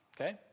Okay